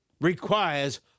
requires